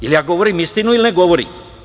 Jel ja govorim istinu ili ne govorim?